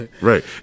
Right